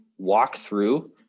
walkthrough